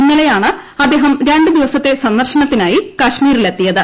ഇന്നലെയാണ് അദ്ദേഹം രണ്ടു ദിവസത്തെ സന്ദർശനത്തിനായി കാശ്മീരിലെത്തിയത്